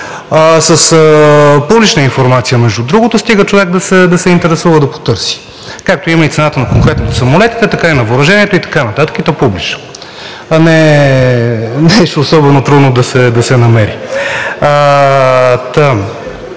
с публична информация, стига човек да се интересува, да потърси. Както има и цената конкретно на самолетите, така и на въоръжението и така нататък, и то публично. Не е особено трудно да се намери.